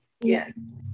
Yes